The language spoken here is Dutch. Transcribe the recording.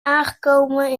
aangekomen